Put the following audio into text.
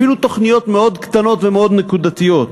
אפילו תוכניות מאוד קטנות ומאוד נקודתיות,